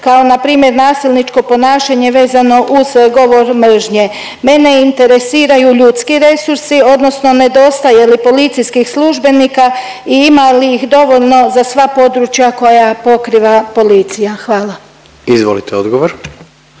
kao npr. nasilničko ponašanje vezano uz govor mržnje. Mene interesiraju ljudski resursi odnosno nedostaje li policijskih službenika i ima li ih dovoljno za sva područja koja pokriva policija? Hvala. **Jandroković,